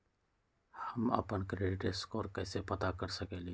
हम अपन credit score कैसे पता कर सकेली?